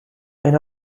eine